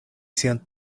sian